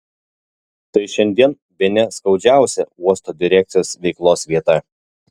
tai šiandien bene skaudžiausia uosto direkcijos veiklos vieta